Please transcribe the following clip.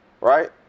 right